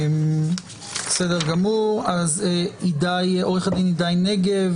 מיכל גורן, מהמרכז הרפורמי לדת ומדינה.